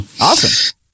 awesome